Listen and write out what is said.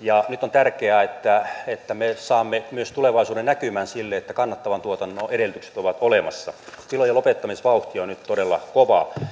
ja nyt on tärkeää että että me saamme myös tulevaisuuden näkymän sille että kannattavan tuotannon edellytykset ovat olemassa tilojen lopettamisvauhti on nyt todella kova